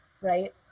right